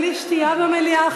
בלי שתייה במליאה.